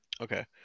Okay